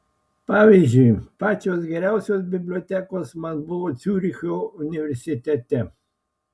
pavyzdžiui pačios geriausios bibliotekos man buvo ciuricho universitete